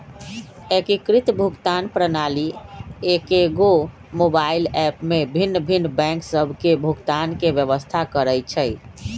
एकीकृत भुगतान प्रणाली एकेगो मोबाइल ऐप में भिन्न भिन्न बैंक सभ के भुगतान के व्यवस्था करइ छइ